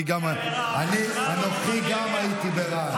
אני גם הייתי ברהט.